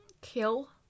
kill